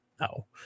No